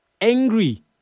angry